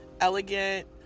elegant